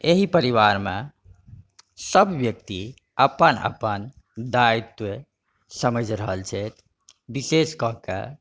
एहि परिवारमे सभ व्यक्ति अपन अपन दायित्व समझि रहल छथि विशेष कऽ के